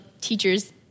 teachers